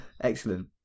Excellent